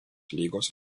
lygos